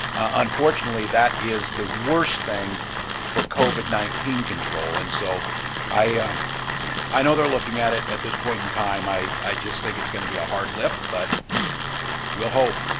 unfortunately that is the worst thing for covid nineteen control, and so i i know they're looking at it at this point in time. i i just think it's going to be a hard lift, but we'll hope?